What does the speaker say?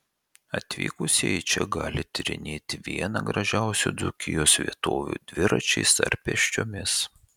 atvykusieji čia gali tyrinėti vieną gražiausių dzūkijos vietovių dviračiais ar pėsčiomis